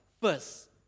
first